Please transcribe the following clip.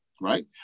right